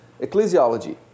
ecclesiology